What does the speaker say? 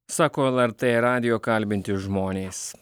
sako lrt radijo kalbinti žmonės